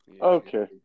Okay